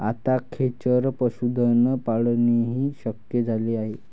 आता खेचर पशुधन पाळणेही शक्य झाले आहे